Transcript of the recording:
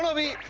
we